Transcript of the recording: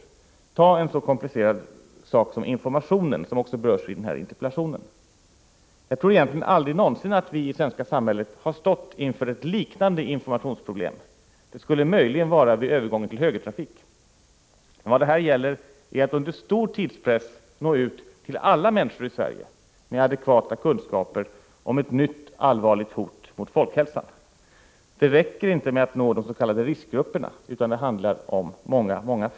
För att ta ett exempel vill jag nämna informationen, som ju utgör en oerhört komplicerad sida av problemet och som också berörs i interpellationen. Jag tror att vi i det svenska samhället egentligen aldrig har stått inför ett liknande informationsproblem. Möjligen kan man jämföra detta problem med de problem som vi ställdes inför vid övergången till högertrafik. I det här sammanhanget gäller det att under stor tidspress nå ut till alla människor i Sverige och att ge dem adekvata kunskaper om ett nytt allvarligt hot mot folkhälsan. Det räcker inte att enbart nå de s.k. riskgrupperna utan många fler måste nås.